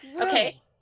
okay